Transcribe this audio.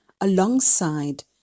alongside